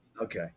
Okay